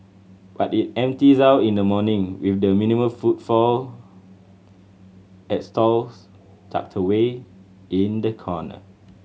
but it empties out in the morning with the minimal footfall at stalls tucked away in the corner